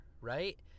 right